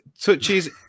touches